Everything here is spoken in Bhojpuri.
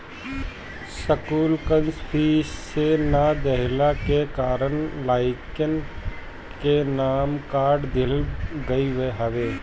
स्कूल कअ फ़ीस समय से ना देहला के कारण लइकन के नाम काट दिहल गईल हवे